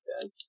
good